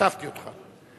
כתבתי אותך.